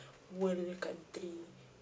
world country